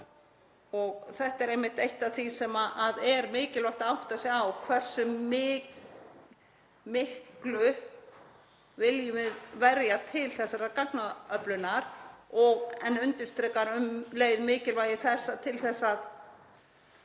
Þetta er einmitt eitt af því sem er mikilvægt að átta sig á, hversu miklu viljum við verja til þessarar gagnaöflunar en undirstrikar um leið mikilvægi þess að